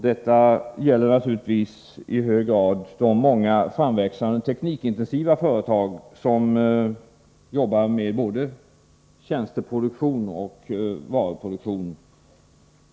Detta gäller naturligtvis i hög grad de många framväxande teknikintensiva företag som sysslar med både tjänsteproduktion och varuproduktion.